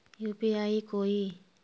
UPI कोई